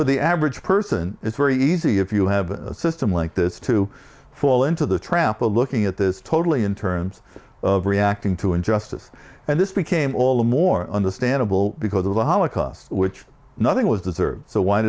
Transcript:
for the average person it's very easy if you have a system like this to fall into the trap of looking at this totally in terms of reacting to injustice and this became all the more understandable because of the holocaust which nothing was deserved so why